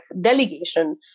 delegation